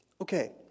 Okay